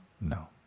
No